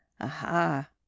Aha